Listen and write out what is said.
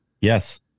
Yes